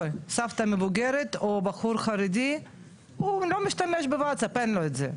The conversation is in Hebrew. סבתא מבוגרת או בחור חרדי הוא לא משתמש בוואטסאפ אין לו את זה אוקי,